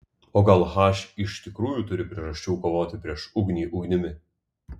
o gal h iš tikrųjų turi priežasčių kovoti prieš ugnį ugnimi